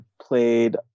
played